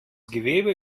gewebe